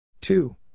Two